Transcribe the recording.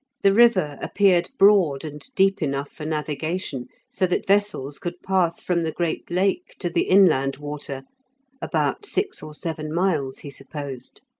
the river appeared broad and deep enough for navigation, so that vessels could pass from the great lake to the inland water about six or seven miles, he supposed.